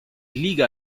liga